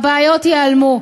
הבעיות ייעלמו.